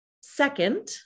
Second